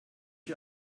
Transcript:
you